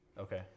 Okay